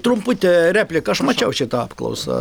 trumputė replika aš mačiau šitą apklausą